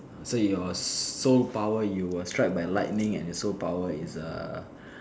so your sole power you were struck by lightning and your sole power is err